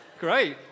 Great